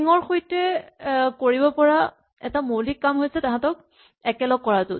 string ৰ সৈতে কৰিব পৰা এটা মৌলিক কাম হৈছে তাহাঁতক একেলগ কৰাটো